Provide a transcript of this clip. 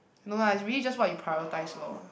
no lah is really just what you prioritise lor